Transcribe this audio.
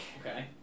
Okay